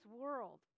world